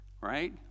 right